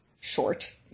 short